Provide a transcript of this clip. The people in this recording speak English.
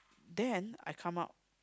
then I come out